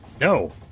no